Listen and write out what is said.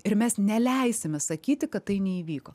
ir mes neleisime sakyti kad tai neįvyko